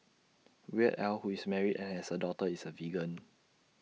Weird al who is married and has A daughter is A vegan